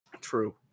True